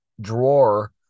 drawer